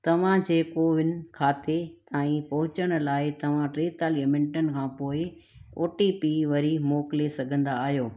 तव्हांजे कोविन खाते ताई पहुचण लाइ तव्हां टेतालीह मिंटनि खां पोइ ओ टी पी वरी मोकिले सघंदा आहियो